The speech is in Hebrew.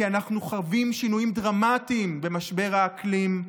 כי אנחנו חווים שינויים דרמטיים במשבר האקלים,